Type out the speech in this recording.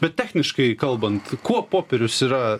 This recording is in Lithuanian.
bet techniškai kalbant kuo popierius yra